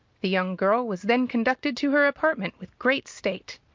the young girl was then conducted to her apartment with great state.